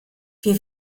wir